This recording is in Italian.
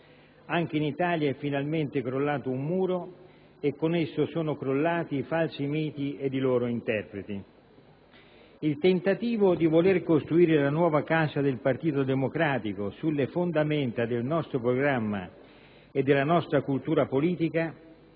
Anche in Italia è finalmente crollato un muro e con esso sono crollati i falsi miti ed i loro interpreti. Il tentativo di costruire la nuova casa del Partito democratico sulle fondamenta del nostro programma e della nostra cultura politica